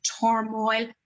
turmoil